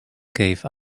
cave